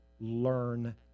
learn